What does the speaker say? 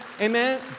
amen